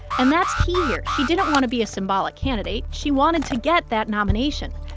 and that's key here. she didn't want to be a symbolic candidate. she wanted to get that nomination.